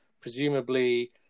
Presumably